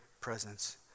presence